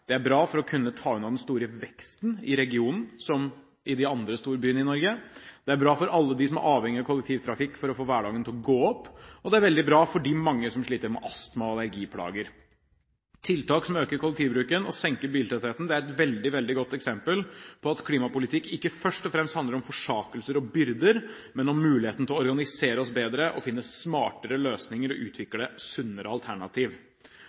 Det er bra for klimaet, det er som i de andre storbyene i Norge, bra for å kunne ta unna den store veksten i regionen, det er bra for alle dem som er avhengige av kollektivtrafikk for å få hverdagen til å gå opp, og det er veldig bra for de mange som sliter med astma- og allergiplager. Tiltak som øker kollektivbruken og senker biltettheten, er veldig, veldig gode eksempler på at klimapolitikk ikke først og fremst handler om forsakelser og byrder, men om muligheten til å organisere seg bedre og finne smartere løsninger og